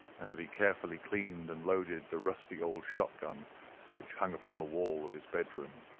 and that he carefully cleaned and loaded the rusty old shotgun which hung upon the wall of his bedroom.